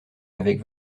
avec